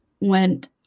went